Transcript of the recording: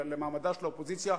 למעמדה של האופוזיציה,